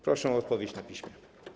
Proszę o odpowiedź na piśmie.